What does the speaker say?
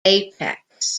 apex